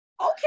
okay